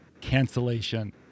cancellation